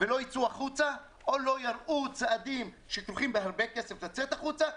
ולא יצאו החוצה או לא יראו צעדים שכרוכים בהרבה כסף לצאת החוצה,